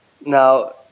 Now